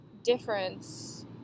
Difference